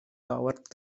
dauert